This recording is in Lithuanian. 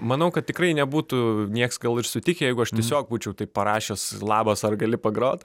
manau kad tikrai nebūtų nieks gal ir sutikę jeigu aš tiesiog būčiau taip parašęs labas ar gali pagrot